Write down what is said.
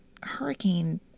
hurricane